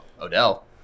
odell